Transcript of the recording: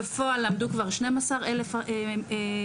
בפועל למדו כבר 12 אלף מטפלות,